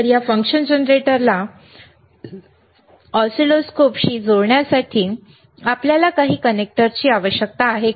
तर या फंक्शन जनरेटरला ऑसिलोस्कोपशी जोडण्यासाठी आपल्याला काही कनेक्टरची आवश्यकता आहे का